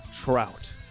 trout